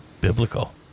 biblical